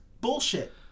bullshit